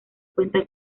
cuenta